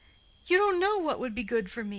you don't know what would be good for me.